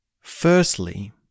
Firstly